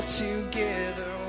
together